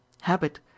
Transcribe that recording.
Habit